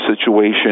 situation